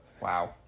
Wow